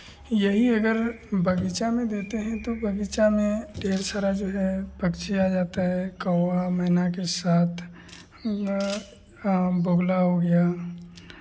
यही अगर बगीचा में देते हैं तो बगीचा में ढेर सरा जो है पक्षी आ जाता है कौवा मैना के साथ या बगुला हो गया